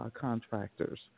contractors